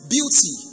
Beauty